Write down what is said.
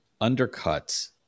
undercuts